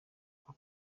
uba